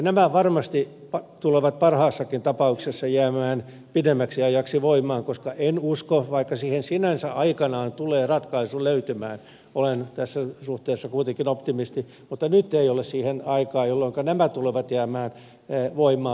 nämä varmasti tulevat parhaassakin tapauksessa jäämään pidemmäksi ajaksi voimaan koska en usko vaikka siihen sinänsä aikanaan tulee ratkaisu löytymään olen tässä suhteessa kuitenkin optimisti mutta nyt ei ole siihen aikaa jolloinka nämä tulevat jäämään voimaan